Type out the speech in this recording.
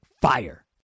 FIRE